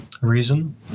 reason